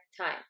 time